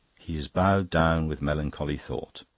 he is bowed down with melancholy thought